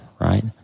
right